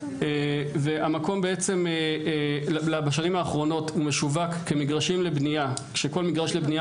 המקום בשנים האחרונות משווק כמגרשים לבנייה כשכל מגרש לבנייה